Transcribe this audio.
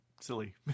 silly